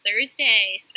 Thursday